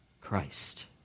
Christ